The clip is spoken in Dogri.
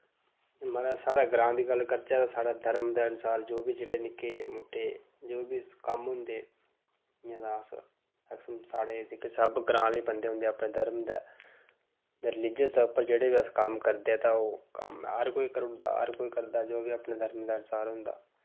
महाराज साढ़े ग्रांऽ दी गल्ल करचै तां साढ़ै धर्म दे अनुसार जो बी जेह्ड़े निक्के मुट्टे जो बी कम्म होंदे इयां ते अस मैक्सिमम साढ़े जेह्के सब ग्रांऽ दे बंदे उंदे अपने धर्म दे रिलीजियस दे उप्पर जेह्ड़े बी अस कम्म करदे ते ओह् कम्म हर कोई करी ओड़दा दा हर कोई करदा जो बी अपने धर्म दे अनुसार होंदा